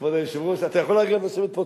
אתה יכול לשבת פה.